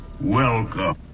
Welcome